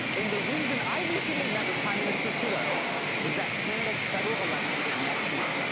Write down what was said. and the reason i recently met with prime minister trudeau is that canada's federal election is next month.